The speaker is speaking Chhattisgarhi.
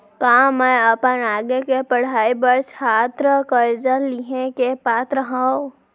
का मै अपन आगे के पढ़ाई बर छात्र कर्जा लिहे के पात्र हव?